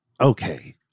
okay